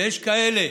ויש כאלה,